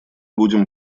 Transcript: будем